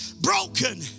broken